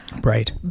Right